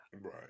Right